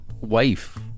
wife